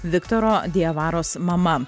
viktoro diavaros mama